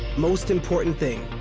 most important thing,